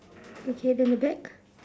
okay then the back